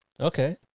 Okay